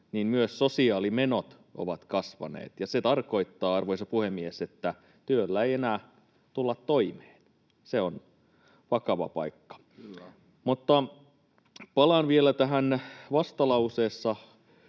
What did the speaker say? myös sosiaalimenot ovat kasvaneet. Se tarkoittaa, arvoisa puhemies, että työllä ei enää tulla toimeen. Se on vakava paikka. Mutta palaan vielä vastalauseessa